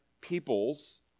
peoples